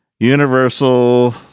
Universal